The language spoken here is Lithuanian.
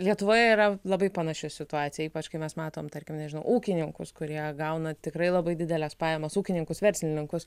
lietuvoje yra labai panaši situacija ypač kai mes matom tarkim nežinau ūkininkus kurie gauna tikrai labai dideles pajamas ūkininkus verslininkus